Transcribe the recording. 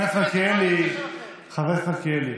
חבר הכנסת מלכיאלי, חבר הכנסת מלכיאלי,